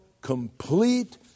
complete